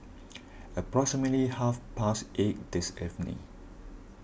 approximately half past eight this evening